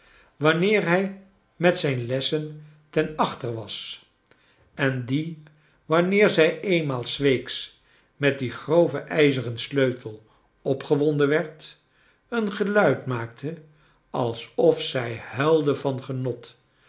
wanneer hij met zijn lessen ten achteren was en die wanneer zij eenmaal s weeks met dien groven ijzeren sleutel opgewonden werd een geluid maakte alsof zij huilde van genot